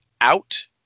out